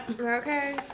Okay